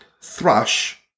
Thrush